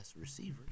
receivers